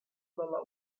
dalla